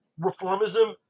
reformism